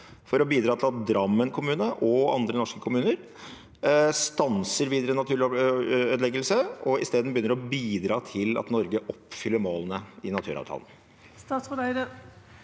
bidra til at Drammen og andre norske kommuner stanser videre naturødeleggel se, og i stedet bidrar til at Norge oppfyller målene i naturavtalen?»